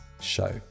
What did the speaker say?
show